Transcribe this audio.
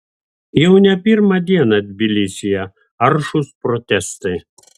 jau ne pirmą dieną tbilisyje aršūs protestai